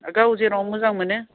गाव जेराव मोजां मोनो